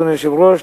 אדוני היושב-ראש,